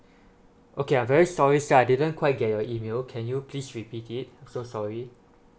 okay I'm very sorry sir I didn't quite get your email can you please repeat it I'm so sorry